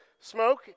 smoke